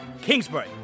Kingsbury